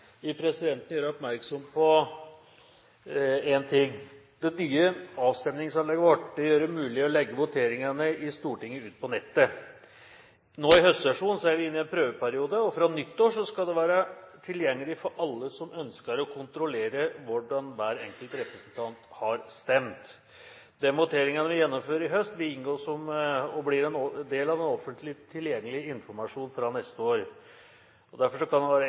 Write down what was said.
vil presidenten gjøre oppmerksom på én ting: Det nye avstemningsanlegget vårt gjør det mulig å legge voteringene i Stortinget ut på nettet. Nå i høstsesjonen er vi inne i en prøveperiode, og fra nyttår skal det være tilgjengelig for alle som måtte ønske, å kontrollere hvordan hver enkelt representant har stemt. De voteringene vi gjennomfører i høst, vil inngå i det som blir offentlig tilgjengelig informasjon fra neste år. Det kan derfor